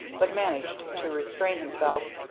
but managed to restrain himself,